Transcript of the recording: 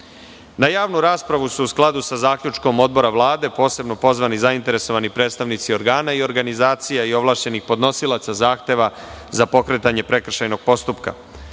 Na javnu raspravu su, u skladu sa zaključkom Odbora Vlade, posebno pozvani zainteresovani predstavnici organa, organizacija, ovlašćenih podnosilaca zahteva za pokretanje prekršajnog postupka,